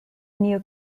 new